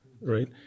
right